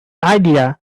idea